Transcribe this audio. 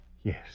Yes